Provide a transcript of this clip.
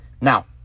Now